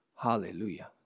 hallelujah